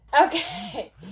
Okay